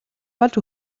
болж